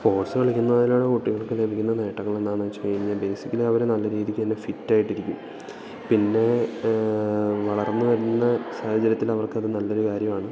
sports കളിക്കുന്നതിലൂടെ കുട്ടികൾക്കു ലഭിക്കുന്ന നേട്ടങ്ങൾ എന്താണെന്നുവച്ചുകഴിഞ്ഞാല് ബേസിക്കലി അവര് നല്ല രീതിക്കു തന്നെ ഫിറ്റായിട്ടിരിക്കും പിന്നേ വളർന്നുവരുന്ന സാഹചര്യത്തില് അവർക്കതു നല്ലൊരു കാര്യമാണ്